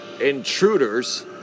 intruders